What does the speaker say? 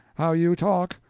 how you talk.